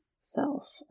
self